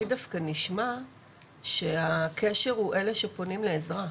לי דווקא נשמע שהקשר הוא אלה שפונים לעזרה.